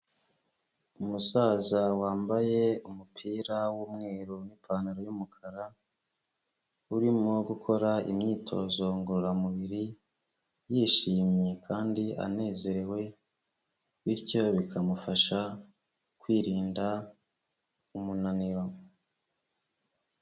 Umusaza wambaye umupira w'umweru n'ipantaro y'umukara, urimo gukora imyitozo ngororamubiri yishimye kandi anezerewe bityo bikamufasha kwirinda umunaniro.